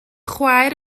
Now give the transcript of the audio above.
chwaer